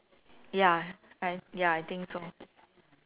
ya I ya I think so